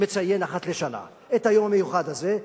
מציין אחת לשנה את היום המיוחד הזה: